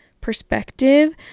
perspective